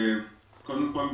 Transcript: קודם כול,